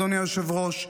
אדוני היושב-ראש,